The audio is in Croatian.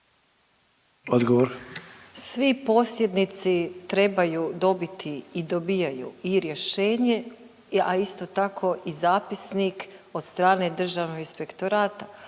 (HDZ)** Svi posjednici trebaju dobiti i dobijaju i rješenje, a isto tako i zapisnik od strane Državnog inspektorata.